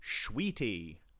sweetie